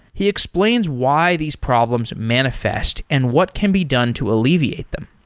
he explains why these problems manifest and what can be done to alleviate them.